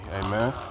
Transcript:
amen